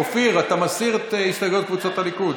אופיר, אתה מסיר את הסתייגויות קבוצת הליכוד?